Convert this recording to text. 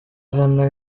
umuranga